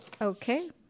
Okay